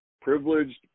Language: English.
privileged